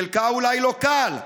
חלקה אולי לא קל,